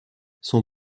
son